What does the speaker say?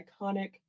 iconic